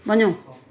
वञो